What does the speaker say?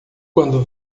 quando